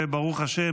וברוך השם,